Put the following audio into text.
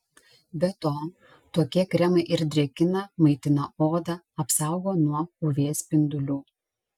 be to tokie kremai ir drėkina maitina odą apsaugo nuo uv spindulių